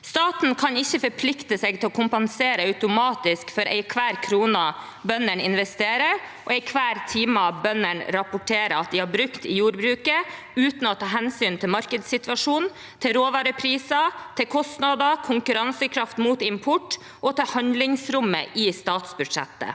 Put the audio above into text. Staten kan ikke forplikte seg til automatisk å kompensere for enhver krone bønder investerer og enhver time bønder rapporterer at de har brukt i jordbruket, uten å ta hensyn til markedssituasjonen, råvarepriser, kostnader, konkurransekraft mot import og handlingsrommet i statsbudsjettet.